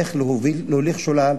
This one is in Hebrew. איך להוליך שולל.